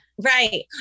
Right